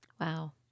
Wow